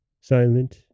silent